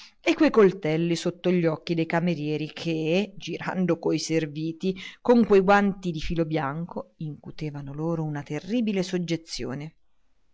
e quei coltelli sotto gli occhi dei camerieri che girando coi serviti con quei guanti di filo bianco incutevano loro una terribile soggezione